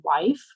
wife